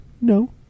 No